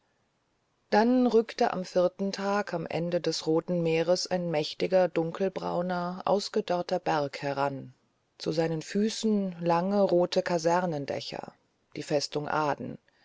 dann rückte am vierten tag am ende des roten meeres ein mächtiger dunkelbrauner ausgedörrter berg heran zu seinen füßen lange rote kasernendächer die festung